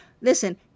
Listen